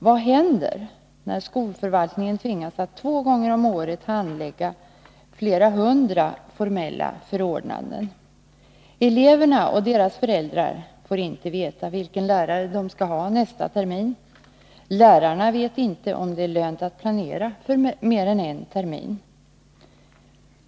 Vad händer när skolförvaltningen två gånger om året tvingas handlägga flera hundra formella förordnanden? Eleverna får inte veta vilken lärare de skall ha nästa termin. Lärarna vet inte om det är lönt att planera för mer än en termin.